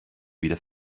wieder